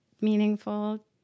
meaningful